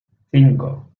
cinco